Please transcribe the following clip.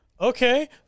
okay